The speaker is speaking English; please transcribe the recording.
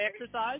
exercise